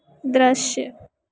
दृश्य